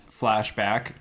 flashback